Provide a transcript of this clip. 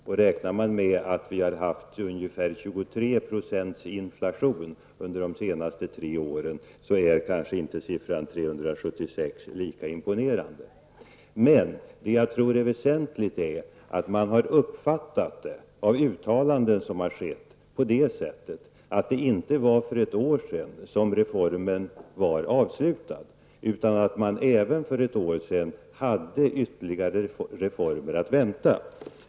Om man räknar med en 23 milj.kr. inte lika imponerande. Uttalanden som gjorts har uppfattat så, att reformen inte var avslutad för ett år sedan, utan ytterligare reformer var att vänta.